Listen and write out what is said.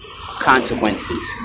consequences